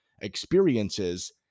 experiences